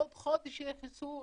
עוד חודש יהיה חיסון,